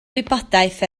wybodaeth